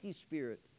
spirit